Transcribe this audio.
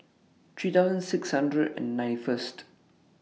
three thousand six hundred and ninety First